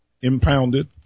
impounded